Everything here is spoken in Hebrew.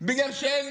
בגלל שאין